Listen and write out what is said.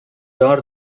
دار